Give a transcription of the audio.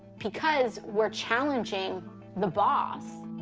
because we're challenging the boss.